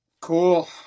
Cool